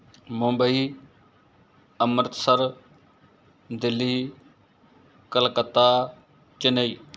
Mumbai Amritsar Delhi Calcutta Chennai